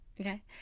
okay